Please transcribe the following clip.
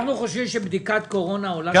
אנחנו חושבים שבדיקת קורונה עולה 80 שקלים.